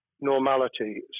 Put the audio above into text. normality